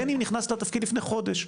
בין אם נכנסת לתפקיד לפני חודש,